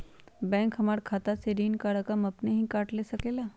Bank हमार खाता से ऋण का रकम अपन हीं काट ले सकेला?